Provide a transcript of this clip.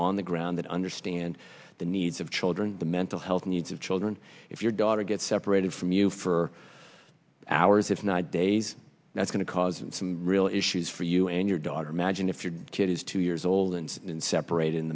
on the ground that understand the needs of children the mental health needs of children if your daughter gets separated from you for hours if not days that's going to cause some real issues for you and your daughter mad and if your kid is two years old and separat